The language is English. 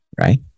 right